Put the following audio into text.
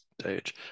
stage